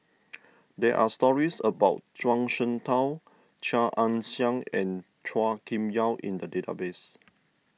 there are stories about Zhuang Shengtao Chia Ann Siang and Chua Kim Yeow in the database